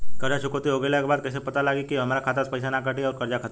कर्जा चुकौती हो गइला के बाद कइसे पता लागी की अब हमरा खाता से पईसा ना कटी और कर्जा खत्म?